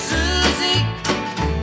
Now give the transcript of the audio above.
Susie